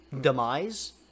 demise